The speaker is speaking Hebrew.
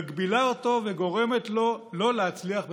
מגבילה אותו וגורמת לו לא להצליח בתפקידו.